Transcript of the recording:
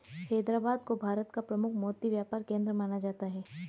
हैदराबाद को भारत का प्रमुख मोती व्यापार केंद्र माना जाता है